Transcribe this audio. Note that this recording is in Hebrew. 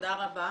תודה רבה.